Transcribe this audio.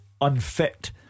unfit